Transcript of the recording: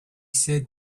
said